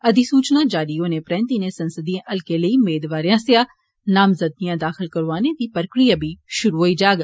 अधिसूचना जारी होने परैन्त इनें संसदीय हलकें लेई मेदवारें आसेआ नामज़दगियां दाखल करोआने दी प्रक्रिया शुरु होई जाग